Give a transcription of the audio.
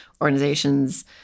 organizations